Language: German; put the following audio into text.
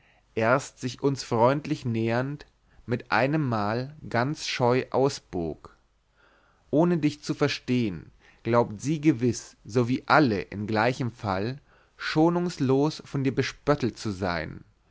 erst sich uns freundlich nähernd mit einem mal ganz scheu ausbog ohne dich zu verstehen glaubt sie gewiß so wie alle in gleichem fall schonungslos von dir bespöttelt zu sein